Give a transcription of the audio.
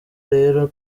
rero